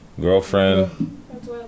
girlfriend